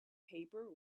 paper